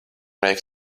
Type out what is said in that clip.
vajag